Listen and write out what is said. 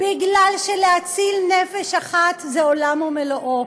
מפני שלהציל נפש אחת זה עולם ומלואו.